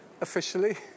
officially